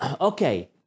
Okay